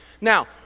Now